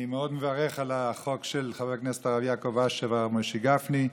אני מאוד מברך על החוק של חבר הכנסת הרב יעקב אשר והרב משה גפני.